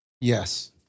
Yes